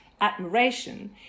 admiration